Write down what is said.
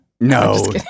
No